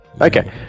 Okay